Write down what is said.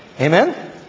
Amen